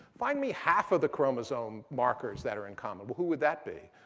find me half of the chromosome markers that are in common. who would that be?